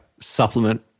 supplement